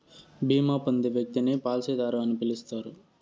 బీమా పొందే వ్యక్తిని పాలసీదారు అని పిలుస్తారు